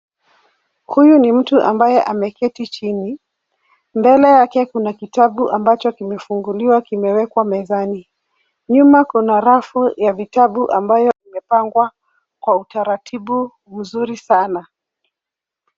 Huyu ni mtu ambaye ameketi chini, mbele yake kuna kitabu ambacho kimefunguliwa kimewekwa mezani. Nyuma kuna rafu ya vitabu ambayo imepangwa kwa utaratibu mzuri sana.